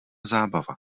zábava